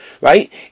Right